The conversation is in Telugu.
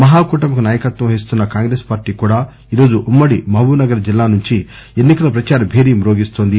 మహాకూటమికి నాయకత్వం వహిస్తున్న కాంగ్రెస్ పార్టీ కూడా ఈరోజు ఉమ్మడి మహబూబ్నగర్ జిల్లా నుంచి ఎన్ని కల ప్రదార భేరి మోగిస్తోంది